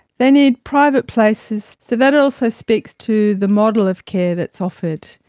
they need private places, so that also speaks to the model of care that's offered.